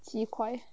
鸡块